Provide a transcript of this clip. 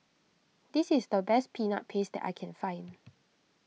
this is the best Peanut Paste that I can find